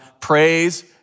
praise